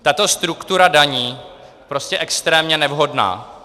Tato struktura daní je prostě extrémně nevhodná.